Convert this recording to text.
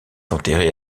enterré